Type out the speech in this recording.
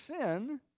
sin